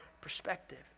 perspective